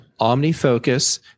Omnifocus